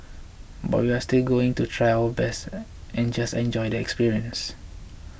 but we're still going to try our best and just enjoy the experience